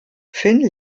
finn